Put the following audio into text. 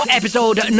episode